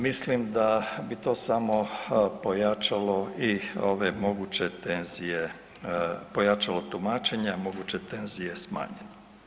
Mislim da bi to samo pojačalo i ove moguće tenzije, pojačalo tumačenja, a moguće tenzije smanjilo.